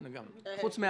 נכון, לגמרי, חוץ מההווה.